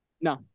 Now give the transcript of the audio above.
No